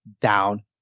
down